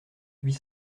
huit